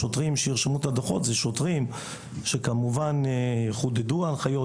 השוטרים שירשמו את הדוחות הם שוטרים שכמובן יחודדו להם ההנחיות,